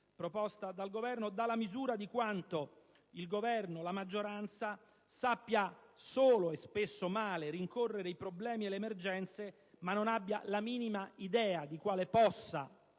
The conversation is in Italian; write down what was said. proposta dal Governo dia la misura di quanto il Governo e la maggioranza sappiano solo, e spesso male, rincorrere i problemi e le emergenze senza avere la minima idea di quale possa